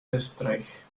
österreich